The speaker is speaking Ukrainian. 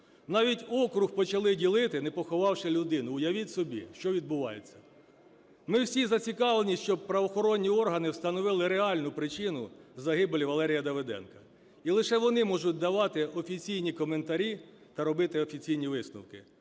навіть округ почали ділити, не поховавши людину, уявіть собі, що відбувається. Ми всі зацікавлені, щоб правоохоронні органи встановили реальну причину загибелі Валерія Давиденка, і лише вони можуть давати офіційні коментарі та робити офіційні висновки.